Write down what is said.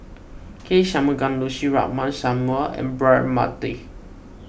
K Shanmugam Lucy Ratnammah Samuel and Braema Mathi